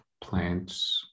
plants